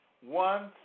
one